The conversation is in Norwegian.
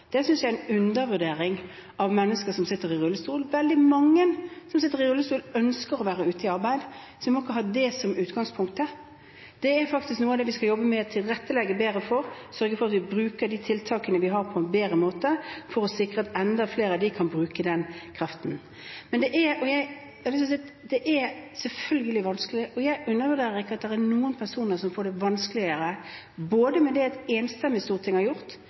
det synes jeg er en undervurdering av mennesker som sitter i rullestol. Veldig mange som sitter i rullestol, ønsker å være ute i arbeid, så vi må ikke ha det som utgangspunkt. Dette er faktisk noe av det vi skal jobbe med å tilrettelegge bedre for, å sørge for at vi bruker de tiltakene vi har, på en bedre måte for å sikre at enda flere av dem kan bruke den kraften. Så har jeg lyst til å si: Dette er selvfølgelig vanskelig, og jeg undervurderer ikke at det er noen personer som får det vanskeligere – både med det et enstemmig storting har gjort,